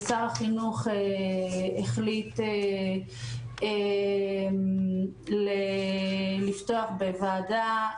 שר החינוך החליט לפתוח בוועדה,